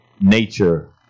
nature